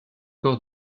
corps